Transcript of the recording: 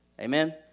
Amen